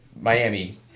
miami